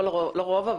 לא רוב,